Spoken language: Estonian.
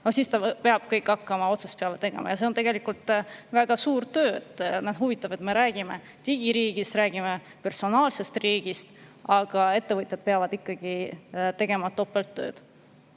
siis ta peab kõike hakkama otsast peale tegema. See on tegelikult väga suur töö. Huvitav, et me räägime digiriigist, räägime personaalsest riigist, aga ettevõtjad peavad ikkagi tegema topelttööd.